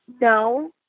No